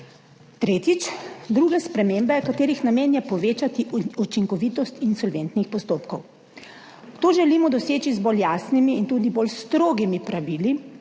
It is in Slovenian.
Tretjič, druge spremembe, katerih namen je povečati učinkovitost insolventnih postopkov. To želimo doseči z bolj jasnimi in tudi bolj strogimi pravili,